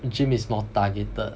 the gym is more targeted